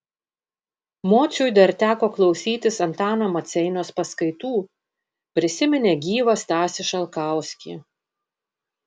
mociui dar teko klausytis antano maceinos paskaitų prisiminė gyvą stasį šalkauskį